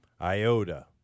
IOTA